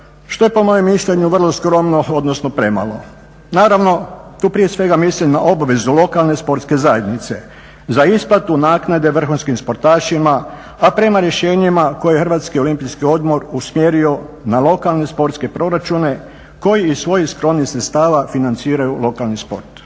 što je po mome mišljenju vrlo skromno, odnosno premalo. Naravno, tu prije svega mislim na obvezu lokalne sportske zajednice za isplatu naknade vrhunskim sportašima, a prema rješenjima koje Hrvatski olimpijski odbor usmjerio na lokalne sportske proračune koji iz svojih skromnih sredstava financiraju lokalni sport.